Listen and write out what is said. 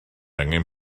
angen